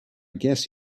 guess